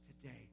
today